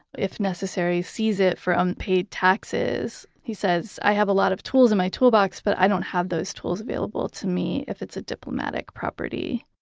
if necessary, seize it for unpaid taxes. he says, i have a lot of tools in my toolbox, but i don't have those tools available to me if it's a diplomatic property.